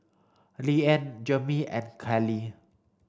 Liane Jermey and Keli